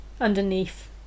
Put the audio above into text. underneath